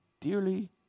dearly